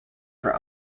for